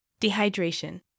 dehydration